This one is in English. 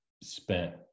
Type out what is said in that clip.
spent